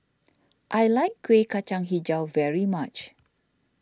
I like Kueh Kacang HiJau very much